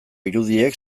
irudiek